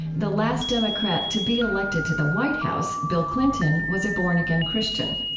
the last democrat to be elected to the white house, bill clinton, was a born-again christian.